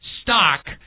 Stock